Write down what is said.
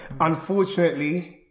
Unfortunately